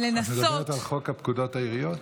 את מדברת על חוק פקודת העיריות?